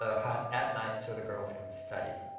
ah hut at night so the girls can study.